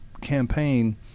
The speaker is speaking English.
campaign